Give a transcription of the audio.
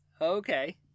Okay